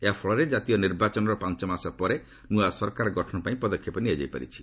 ଏହା ଫଳରେ ଜାତୀୟ ନିର୍ବାଚନର ପାଞ୍ଚ ମାସ ପରେ ନୂଆ ସରକାର ଗଠନ ପାଇଁ ପଦକ୍ଷେପ ନିଆଯାଇ ପାରିଛି